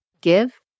Give